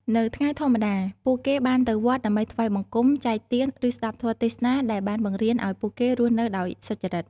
នៅថ្ងៃធម្មតា ពួកគេបានទៅវត្តដើម្បីថ្វាយបង្គំ ចែកទាន និងស្តាប់ធម៌ទេសនាដែលបានបង្រៀនឱ្យពួកគេរស់នៅដោយសុចរិត។